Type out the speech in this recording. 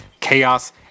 chaos